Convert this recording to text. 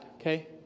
Okay